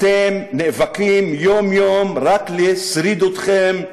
אתם נאבקים יום-יום רק על שרידותכם,